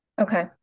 Okay